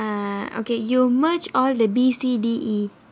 err okay you merge all the B C D E